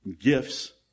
gifts